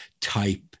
type